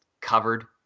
covered